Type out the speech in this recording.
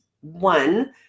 one